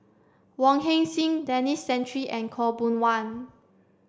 Wong Heck Sing Denis Santry and Khaw Boon Wan